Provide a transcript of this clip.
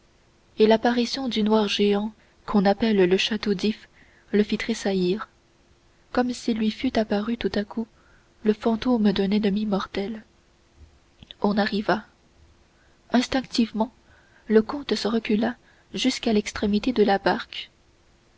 et l'apparition du noir géant qu'on appelle le château d'if le fit tressaillir comme si lui fût apparu tout à coup le fantôme d'un ennemi mortel on arriva instinctivement le comte se recula jusqu'à extrémité de la barque